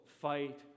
fight